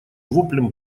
воплем